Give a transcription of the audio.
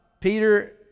Peter